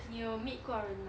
你有 meet 过人 mah